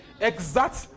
Exact